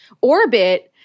orbit